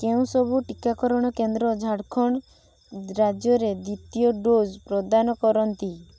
କେଉଁ ସବୁ ଟିକାକରଣ କେନ୍ଦ୍ର ଝାଡ଼ଖଣ୍ଡ ରାଜ୍ୟରେ ଦ୍ୱିତୀୟ ଡୋଜ୍ ପ୍ରଦାନ କରନ୍ତି